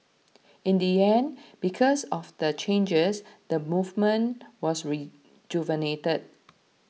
in the end because of the changes the movement was rejuvenated